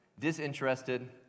Disinterested